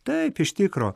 taip iš tikro